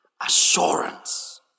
assurance